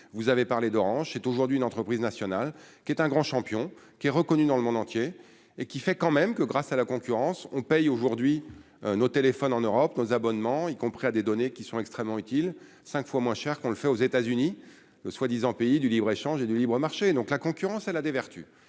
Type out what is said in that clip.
vous avez parlé d'Orange, c'est aujourd'hui une entreprise nationale qui est un grand champion qui est reconnu dans le monde entier et qui fait quand même que grâce à la concurrence, on paye aujourd'hui nos téléphones en Europe nos abonnements, y compris à des données qui sont extrêmement utiles, 5 fois moins cher qu'on le fait aux États-Unis, le soit disant pays du libre-échange et du libre-marché, donc la concurrence, elle a des vertus